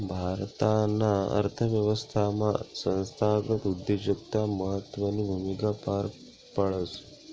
भारताना अर्थव्यवस्थामा संस्थागत उद्योजकता महत्वनी भूमिका पार पाडस